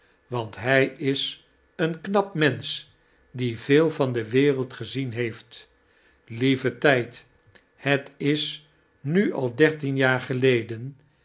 want hij is een knap mensch die veel van de wereld gezien heeft lieve tijd het is nu al dertien jaar geleden